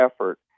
effort